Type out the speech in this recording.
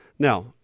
Now